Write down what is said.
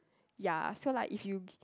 ya so like if you gi~